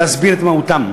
להסביר את מהותם.